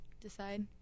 decide